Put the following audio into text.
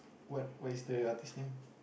what way stay are these name